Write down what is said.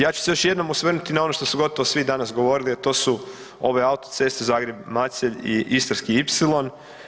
Ja ću se još jednom osvrnuti na ono što su gotovo svi danas govorili, a to su ove autoceste Zagreb-Macelj i Istarski ipsilon.